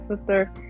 sister